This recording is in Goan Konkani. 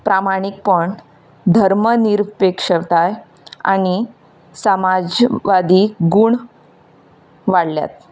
प्रमाणीकपण धर्मनिरुपेक्षताय आनी समाजवाधी गूण वाडल्यात